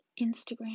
Instagram